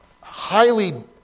highly